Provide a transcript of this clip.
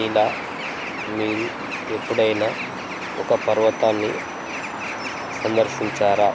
ఈలా మీరు ఎప్పుడైనా ఒక పర్వతాన్ని సందర్శించారా